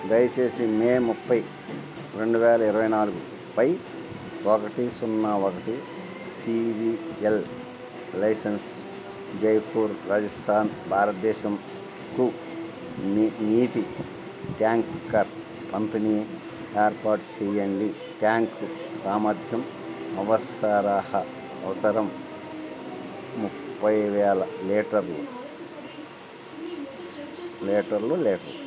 దయచేసి మే ముప్పై రెండు వేల ఇరవై నాలుగుపై ఒకటి సున్న ఒకటి C V L licence Jaipur Rajasthan భారతదేశంకు నీటి ట్యాంకర్ పంపిణీని ఏర్పాటు చెయ్యండి ట్యాంక్ సామర్థ్యం అవసరం ముప్పై వేల లీటర్లు లీటర్లు లీటర్